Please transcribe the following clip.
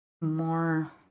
more